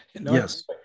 Yes